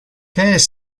qu’est